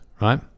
right